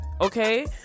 Okay